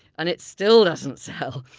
and it still doesn't sell